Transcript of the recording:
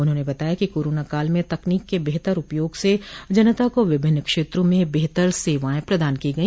उन्होंने बताया कि कोरोना काल में तकनीक के बेहतर उपयोग से जनता को विभिन्न क्षेत्रों में बेहतर सेवाएं प्रदान की गई